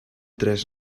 tres